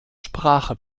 sprache